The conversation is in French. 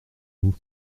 vous